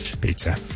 pizza